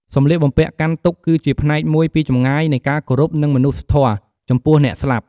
សម្លៀកបំពាក់កាន់ទុក្ខ គឺជាផ្នែកមួយពីចម្ងាយនៃការគោរពនិងមនុស្សធម៌ ចំពោះអ្នកស្លាប់។